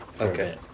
Okay